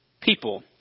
people